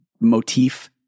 motif